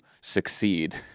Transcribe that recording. succeed